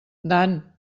dan